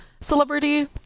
celebrity